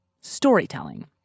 storytelling